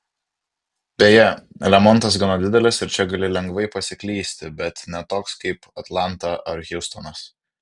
beje lemontas gana didelis ir čia gali lengvai pasiklysti bet ne toks kaip atlanta ar hjustonas